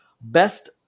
Best